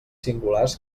singulars